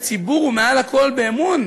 הציבור ומעל הכול באמון,